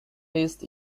list